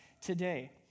today